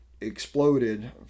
exploded